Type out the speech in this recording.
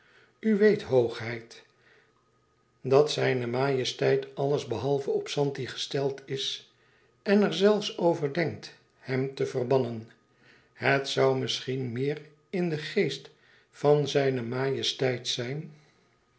weet hoogheid dat zijne majesteit alles behalve op zanti gesteld is en er zelfs over denkt hem te verbannen het zoû misschien meer in den geest van zijne majesteit zijn